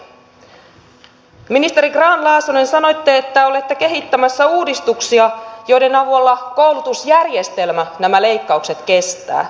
ministeri grahn laasonen sanoitte että olette kehittämässä uudistuksia joiden avulla koulutusjärjestelmä nämä leikkaukset kestää